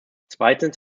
zweitens